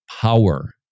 power